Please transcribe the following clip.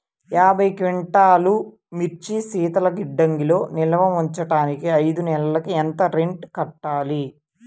యాభై క్వింటాల్లు మిర్చి శీతల గిడ్డంగిలో నిల్వ ఉంచటానికి ఐదు నెలలకి ఎంత రెంట్ కట్టాలి?